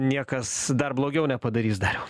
niekas dar blogiau nepadarys dariau